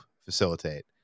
facilitate